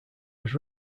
was